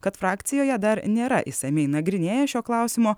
kad frakcijoje dar nėra išsamiai nagrinėję šio klausimo